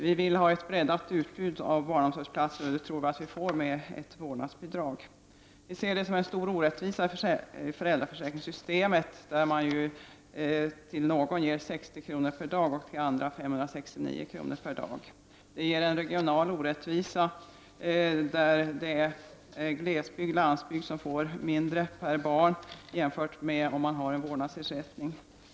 Vi vill ha en breddning av utbudet av barnomsorgsplatser, och det tror vi att det blir genom införandet av ett vårdnadsbidrag. Enligt vår åsikt är det en stor orättvisa i föräldraförsäkringssystemet när man till en person kan ge 60 kr. per dag och till en annan 569 kr. per dag. Det rör sig om en regional orättvisa. På glesbygden och landsbygden får man mindre per barn än om det skulle finnas en vårdnadsersättning.